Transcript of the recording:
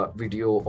video